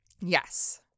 Yes